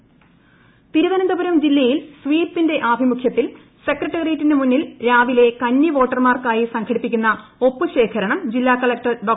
കന്നിവോട്ട് collector Thiruvananthapuram ജില്ലയിൽ സ്വീപിന്റെ ആഭിമുഖ്യത്തിൽ സെക്രട്ടേറിയറ്റിന് മുന്നിൽ രാവിലെ കന്നി വോട്ടർമാർക്കായി സംഘടിപ്പിക്കുന്ന ഒപ്പുശേഖരണം ജില്ലാ കളക്ടർ ഡോ